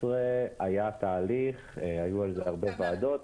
ב-2018 היה תהליך, היו על זה הרבה ועדות,